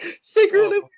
Secretly